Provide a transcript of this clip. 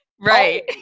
Right